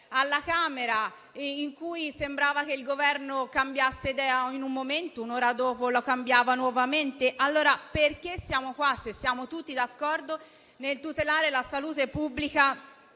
alla Camera, in cui sembrava che il Governo cambiasse idea in un momento, per poi cambiarla nuovamente un'ora dopo. Perché siamo qua, allora, se siamo tutti d'accordo nel tutelare la salute pubblica,